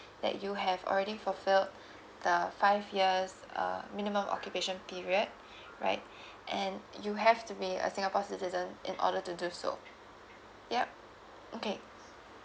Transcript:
that you have already fulfilled the five years uh minimum occupation period right and you have to be a singapore citizen in order to do so yup okay